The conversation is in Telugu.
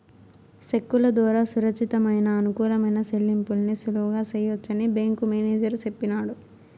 సెక్కుల దోరా సురచ్చితమయిన, అనుకూలమైన సెల్లింపుల్ని సులువుగా సెయ్యొచ్చని బ్యేంకు మేనేజరు సెప్పినాడు